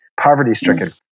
poverty-stricken